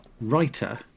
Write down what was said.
writer